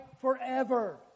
forever